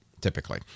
typically